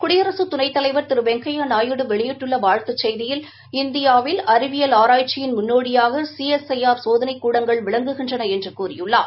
குடியரசு துணைத்தலைவர் திரு வெங்கையா நாயுடு வெளியிட்டுள்ள வாழ்த்துச் செய்தியில் இந்தியாவில் அறிவியல் ஆராய்க்சியின் முன்னோடியாக C S I R R சோதனைக் கூடங்கள் விளங்குகின்றன என்று கூறியுள்ளார்